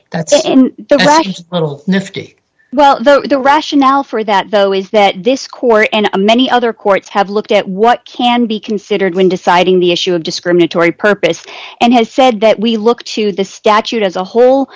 his little nifty well the rationale for that though is that this court and many other courts have looked at what can be considered when deciding the issue of discriminatory purpose and has said that we look to the statute as a whole